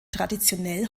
traditionell